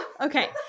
okay